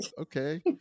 Okay